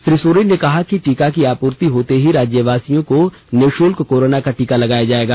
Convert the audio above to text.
श्री सोरेन ने कहा कि टीका की आपूर्ति होते ही राज्यवासियों को निषुल्क कोरोना का टीका लगाया जाएगा